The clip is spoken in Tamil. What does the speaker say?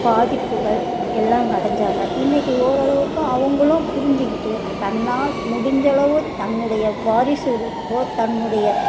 பாதிப்புகள் எல்லாம் அடைஞ்சாங்க இன்றைக்கி ஓரளவுக்கும் அவங்களும் புரிஞ்சுக்கிட்டு தன்னால் முடிஞ்சளவு தன்னுடைய வாரிசுகளுக்கோ தன்னுடைய